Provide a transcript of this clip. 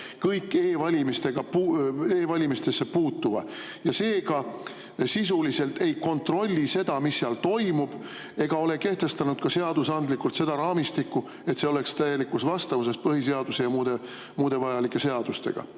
kõik e‑valimistesse puutuva, seega sisuliselt ei kontrolli seda, mis seal toimub, ega ole kehtestanud ka seadusandlikult seda raamistikku, et see oleks täielikus vastavuses põhiseaduse ja muude vajalike seadustega. Nüüd,